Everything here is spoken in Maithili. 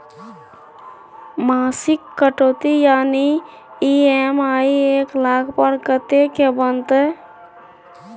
मासिक कटौती यानी ई.एम.आई एक लाख पर कत्ते के बनते?